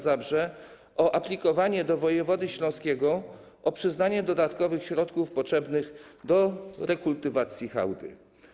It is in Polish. Zabrze o aplikowanie do wojewody śląskiego o przyznanie dodatkowych środków potrzebnych do rekultywacji hałdy.